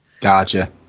Gotcha